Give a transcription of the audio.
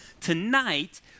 Tonight